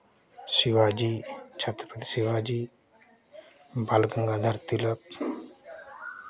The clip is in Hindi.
शिवाजी छत्रपति शिवाजी बाल गंगाधर तिलक